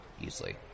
easily